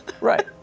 Right